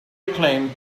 acclaimed